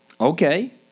Okay